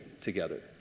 together